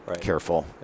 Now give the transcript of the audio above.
careful